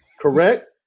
Correct